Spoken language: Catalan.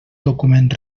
document